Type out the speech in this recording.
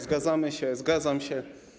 Zgadzamy się, zgadzam się.